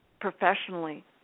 professionally